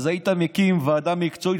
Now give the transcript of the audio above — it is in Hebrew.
אז היית מקים ועדה מקצועית,